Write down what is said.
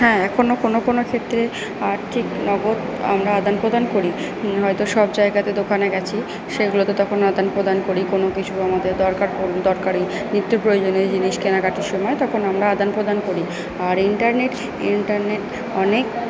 হ্যাঁ এখনও কোনও কোনও ক্ষেত্রে আর্থিক নগদ আমরা আদানপ্রদান করি হয়ত সব জায়গাতে দোকানে গেছি সেগুলোতে তখন আদানপ্রদান করি কোনও কিছু আমাদের দরকার দরকারি নিত্য প্রয়োজনীয় জিনিস কেনাকাটির সময় তখন আমরা আদানপ্রদান করি আর ইন্টারনেট ইন্টারনেট অনেক